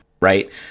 right